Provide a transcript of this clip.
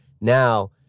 now